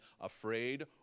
afraid